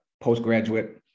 postgraduate